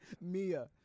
Mia